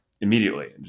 immediately